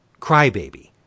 crybaby